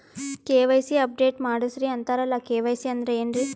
KYC update ಮಾಡಸ್ರೀ ಅಂತರಲ್ಲ KYC ಅಂದ್ರ ಏನ್ರೀ?